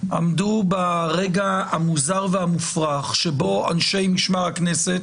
עמדו ברגע המוזר והמופרך בו אנשי משמר הכנסת